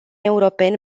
europeni